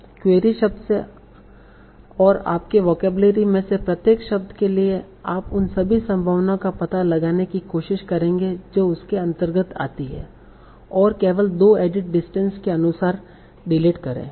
query शब्द से और आपके वोकेबलरी में से प्रत्येक शब्द के लिए आप उन सभी संभावनाओं का पता लगाने की कोशिश करेंगे जो उसके अंतर्गत आती हैं और केवल 2 एडिट डिस्टेंस के अनुसार डिलीट करें